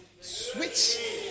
switch